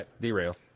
Derail